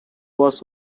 was